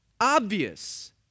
obvious